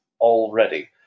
already